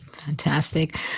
Fantastic